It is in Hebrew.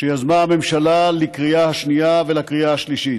שיזמה הממשלה, לקריאה השנייה ולקריאה השלישית.